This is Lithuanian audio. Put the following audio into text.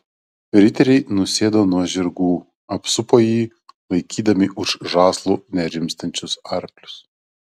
riteriai nusėdo nuo žirgų apsupo jį laikydami už žąslų nerimstančius arklius